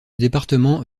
département